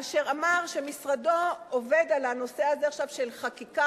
אשר אמר שמשרדו עובד על הנושא הזה של חקיקה